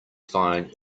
find